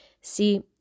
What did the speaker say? See